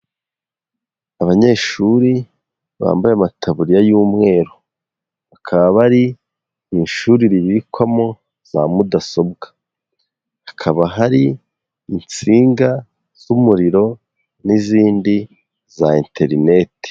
Abanyeshuri bambaye amataburiya y'umweru. Bakaba bari mu ishuri ribikwamo za mudasobwa. Hakaba hari insinga z'umuriro n'izindi za interineti.